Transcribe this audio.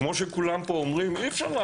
כפי שאומרים כאן כולם,